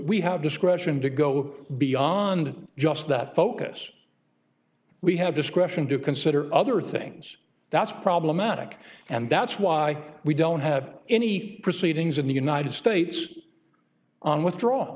we have discretion to go beyond just that focus we have discretion to consider other things that's problematic and that's why we don't have any proceedings in the united states on withdraw